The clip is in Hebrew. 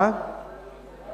אם אתה